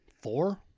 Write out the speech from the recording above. Four